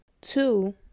Two